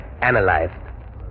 analyzed